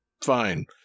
fine